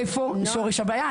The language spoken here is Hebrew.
איפה שורש הבעיה?